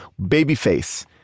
Babyface